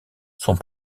sont